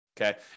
okay